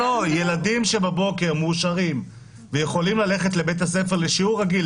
ילדים שבבוקר מאושרים ויכולים ללכת לבית הספר לשיעור רגיל,